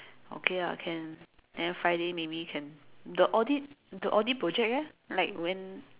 okay lah can then Friday maybe can the audit the audit project leh like when